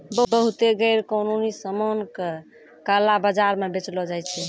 बहुते गैरकानूनी सामान का काला बाजार म बेचलो जाय छै